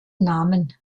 namen